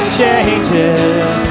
changes